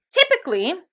Typically